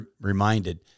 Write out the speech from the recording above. reminded